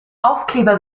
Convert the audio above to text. aufkleber